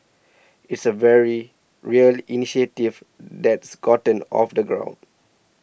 it's a very real initiative that's gotten off the ground